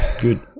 good